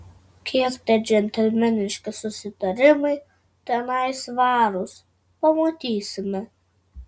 kiek tie džentelmeniški susitarimai tenai svarūs pamatysime